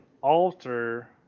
alter